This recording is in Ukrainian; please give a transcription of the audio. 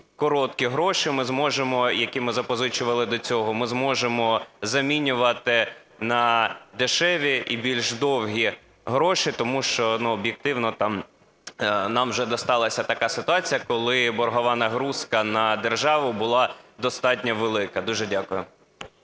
зможемо, які ми запозичували до цього, ми зможемо замінювати на дешеві і більш "довгі" гроші, тому що об'єктивно там нам вже дісталася така ситуація, коли боргова нагрузка на державу була достатньо велика? Дуже дякую.